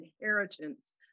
inheritance